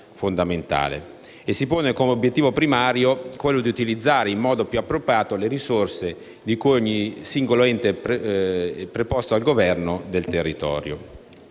e si pone come obiettivo primario utilizzare in modo più appropriato le risorse di cui dispone ogni singolo ente preposto al governo del territorio.